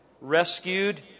rescued